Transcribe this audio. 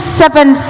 seven